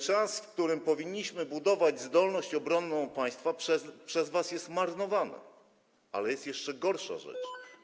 Czas, w którym powinniśmy budować zdolność obronną państwa, jest przez was marnowany, ale jest jeszcze gorsza rzecz: